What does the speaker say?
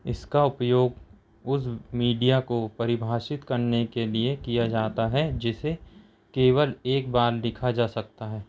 इसका उपयोग उस मीडिया को परिभाषित करने के लिए किया जाता है जिसे केवल एक बार लिखा जा सकता है